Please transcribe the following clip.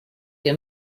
que